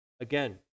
Again